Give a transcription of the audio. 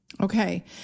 Okay